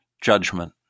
judgment